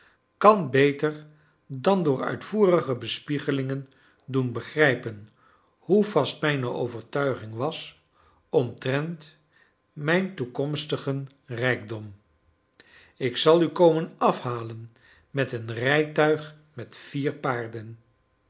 kan beter dan door uitvoerige bespiegelingen doen begrijpen hoe vast mijne overtuiging was omtrent mijn toekomstigen rijkdom ik zal u komen afhalen met een rijtuig met vier paarden